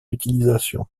utilisations